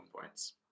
points